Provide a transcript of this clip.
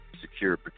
Secure